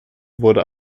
wurde